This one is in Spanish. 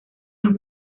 los